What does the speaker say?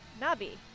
Nabi